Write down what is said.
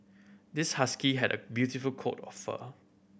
this husky had a beautiful coat of fur